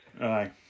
Aye